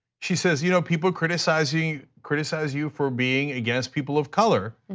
she says you know people criticize you criticize you for being against people of color,